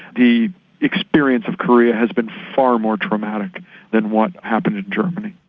the experience of korea has been far more traumatic than what happened in germany.